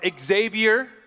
Xavier